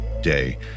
day